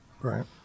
Right